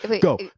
Go